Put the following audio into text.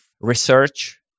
research